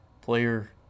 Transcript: player